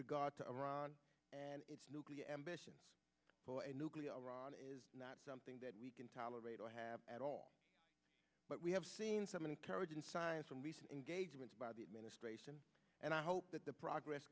regard to iran and its nuclear ambitions for a nuclear iran is not something that we can tolerate or have at all but we have seen some encouraging signs from recent engagements by the administration and i hope that the progress